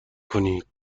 کنید